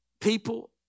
people